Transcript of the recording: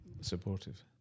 supportive